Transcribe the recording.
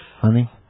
Honey